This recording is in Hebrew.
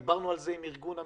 דיברנו על זה עם ארגון המסיעים,